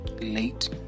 late